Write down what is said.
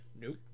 Nope